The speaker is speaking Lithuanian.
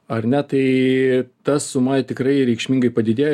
ar ne tai ta suma ji tikrai reikšmingai padidėjo